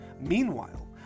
Meanwhile